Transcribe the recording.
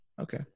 okay